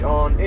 on